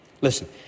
Listen